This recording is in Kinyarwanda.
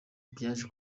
byaje